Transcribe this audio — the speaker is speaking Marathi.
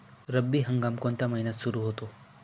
रब्बी हंगाम कोणत्या महिन्यात सुरु होतो?